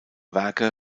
werke